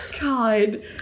God